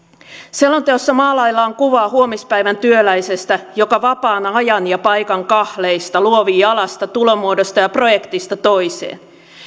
selonteossa maalaillaan kuvaa huomispäivän työläisestä joka vapaana ajan ja paikan kahleista luovii alasta tulomuodosta ja projektista toiseen